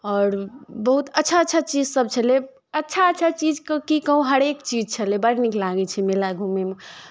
आओर बहुत अच्छा अच्छा चीजसभ छलय अच्छा अच्छा चीजके की कहू हरेक चीज छलय बड़ नीक लागै छै मेला घूमयमे